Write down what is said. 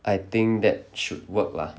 I think that should work lah